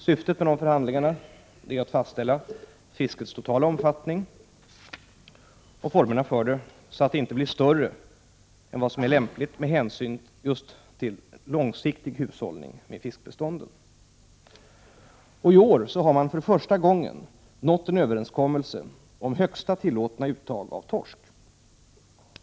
Syftet med förhandlingarna är att fastställa fiskets totala omfattning och formerna för det så att det inte blir större än vad som är lämpligt med hänsyn till långsiktig hushållning med fiskbestånden. I år har man för första gången nått överenskommelse om högsta tillåtna uttag av torsk.